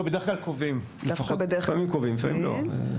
לפעמים קובעים, לפעמים לא.